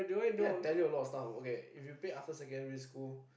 I think I tell you a lot of stuff okay if we play after secondary school